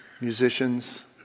musicians